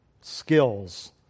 skills